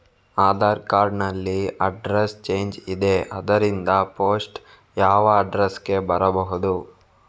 Aadhaar card ನಲ್ಲಿ address change ಇದೆ ಆದ್ದರಿಂದ ಪೋಸ್ಟ್ ಯಾವ ಅಡ್ರೆಸ್ ಗೆ ಬರಬಹುದು?